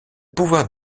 pouvoir